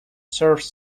serves